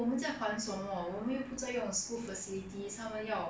I mean 很多人 argue lah 是要还 professor 钱 but